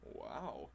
wow